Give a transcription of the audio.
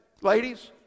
ladies